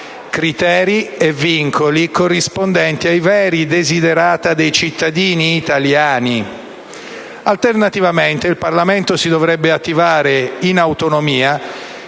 criteri e vincoli corrispondenti ai veri *desiderata* dei cittadini italiani. Alternativamente, il Parlamento si dovrebbe attivare in autonomia